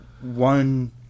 one